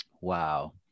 wow